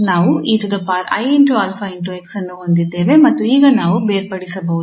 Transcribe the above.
ನಾವು 𝑒𝑖𝛼𝑥 ಅನ್ನು ಹೊಂದಿದ್ದೇವೆ ಮತ್ತು ಈಗ ನಾವು ಬೇರ್ಪಡಿಸಬಹುದು